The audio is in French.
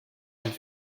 vingt